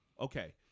Okay